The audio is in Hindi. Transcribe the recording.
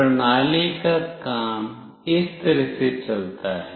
प्रणाली का काम इस तरह से चलता है